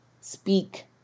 speak